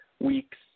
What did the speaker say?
weeks